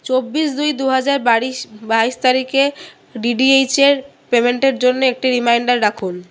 চব্বিশ দুই দু হাজার বারিশ বাইশ তারিখের ডিডিএইচ এর পেমেন্টের জন্য একটি রিমাইন্ডার রাখুন